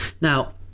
Now